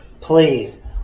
please